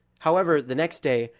however, the next day,